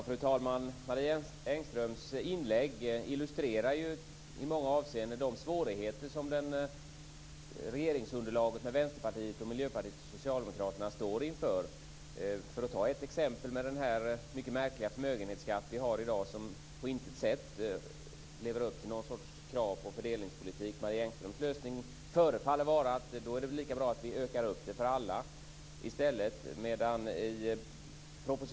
Fru talman! Marie Engströms inlägg illustrerar i många avseenden de svårigheter som regeringsunderlaget med Vänsterpartiet, Miljöpartiet och Socialdemokraterna står inför. Ett exempel är den mycket märkliga förmögenhetsskatt vi har i dag som på intet sätt lever upp till någon sorts krav på fördelningspolitik. Marie Engströms lösning förefaller vara att det är lika bra att vi ökar skattesatsen så att den gäller lika för alla.